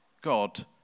God